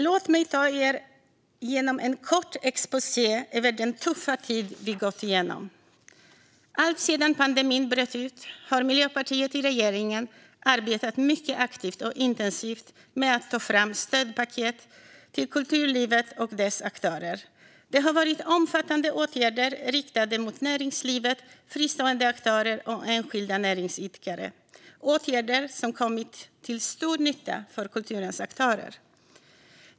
Låt mig göra en kort exposé över den tuffa tid vi gått igenom. Alltsedan pandemin bröt ut har Miljöpartiet i regeringen arbetat mycket aktivt och intensivt med att ta fram stödpaket till kulturlivet och dess aktörer. Det har varit omfattande åtgärder riktade mot näringslivet, fristående aktörer och enskilda näringsidkare. Det har varit åtgärder som kommit till stor nytta för kulturens aktörer.